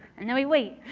and then we wait.